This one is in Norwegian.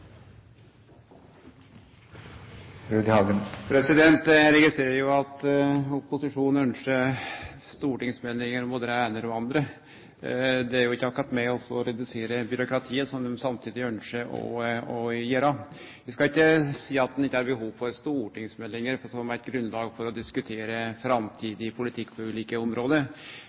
Eg registrerer at opposisjonen ønskjer stortingsmeldingar om både det eine og det andre. Det er jo ikkje akkurat med på å redusere byråkratiet, som dei samtidig ønskjer å gjere. Eg skal ikkje seie at ein ikkje har behov for stortingsmeldingar som eit grunnlag for å diskutere framtidig politikk på ulike område,